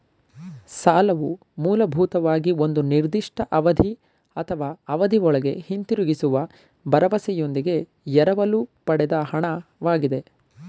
ಸಾಲವು ಮೂಲಭೂತವಾಗಿ ಒಂದು ನಿರ್ದಿಷ್ಟ ಅವಧಿ ಅಥವಾ ಅವಧಿಒಳ್ಗೆ ಹಿಂದಿರುಗಿಸುವ ಭರವಸೆಯೊಂದಿಗೆ ಎರವಲು ಪಡೆದ ಹಣ ವಾಗಿದೆ